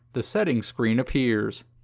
the settings screen appears.